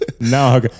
no